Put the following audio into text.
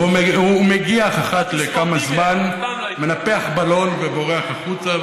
הוא מגיח אחת לכמה זמן, מנפח בלון ובורח החוצה.